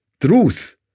truth